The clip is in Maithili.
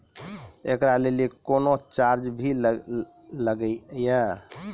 एकरा लेल कुनो चार्ज भी लागैये?